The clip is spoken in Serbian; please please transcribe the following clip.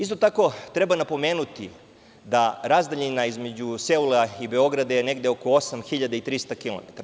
Isto tako, treba napomenuti da razdaljina između Seula i Beograda je negde oko 8.300 kilometara.